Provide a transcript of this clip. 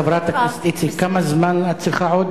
חברת הכנסת דליה איציק, כמה זמן את צריכה עוד?